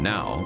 Now